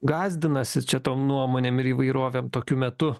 gąsdinasi čia tom nuomonėm ir įvairovėm tokiu metu